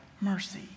mercy